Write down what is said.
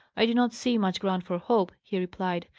i do not see much ground for hope, he replied.